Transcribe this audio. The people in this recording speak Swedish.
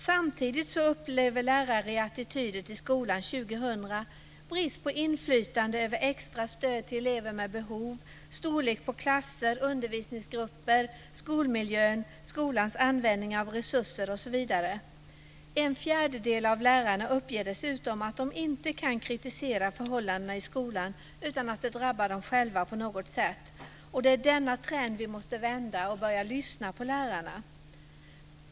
Samtidigt upplever lärare enligt rapporten Attityder till skolan 2000 brist på inflytande över extra stöd till elever med behov, storlek på klasser, undervisningsgrupper, skolmiljön, skolans användning av resurser osv. En fjärdedel av lärarna uppger dessutom att de inte kan kritisera förhållandena i skolan utan att det drabbar dem själva på något sätt. Det är denna trend vi måste vända. Vi måste börja lyssna på lärarna.